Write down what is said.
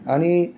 आणि